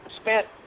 spent